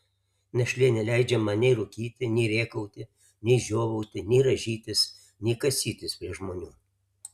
našlė neleidžia man nei rūkyti nei rėkauti nei žiovauti nei rąžytis nei kasytis prie žmonių